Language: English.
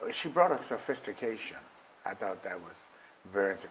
she brought us sophistication i thought that was very